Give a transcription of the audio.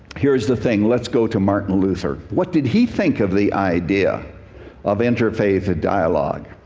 here's the thing, let's go to martin luther. what did he think of the idea of interfaith dialogue?